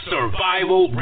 Survival